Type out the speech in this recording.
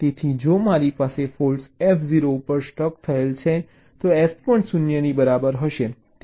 તેથી જો મારી ફૉલ્ટ્ F 0 ઉપર સ્ટક થયેલ છે તો F પણ 0 ની બરાબર છે